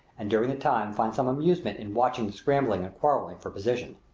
and during the time find some amusement in watching the scrambling and quarrelling for position.